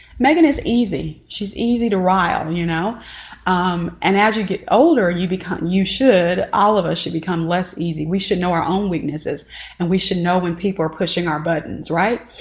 megan is easy. she's easy to rile, you know um and as you get older, you become you should all of us should become less easy we should know our own weaknesses and we should know when people are pushing our buttons right,